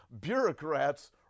bureaucrats